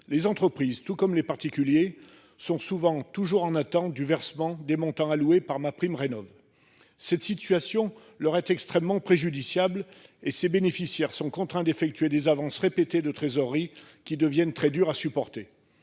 Les entreprises, tout comme les particuliers sont souvent toujours en attente du versement des montants alloués par MaPrimeRénov. Cette situation leur est extrêmement préjudiciable et ses bénéficiaires sont contraints d'effectuer des avances répétées de trésorerie qui deviennent très dur à supporter.